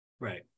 Right